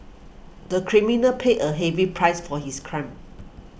the criminal paid a heavy price for his crime